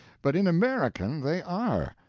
but in american they are.